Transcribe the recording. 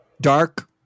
dark